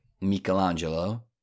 Michelangelo